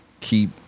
keep